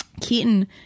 Keaton